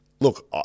Look